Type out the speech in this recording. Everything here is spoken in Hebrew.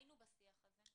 היינו בשיח הזה.